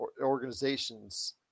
organizations